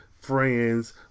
Friends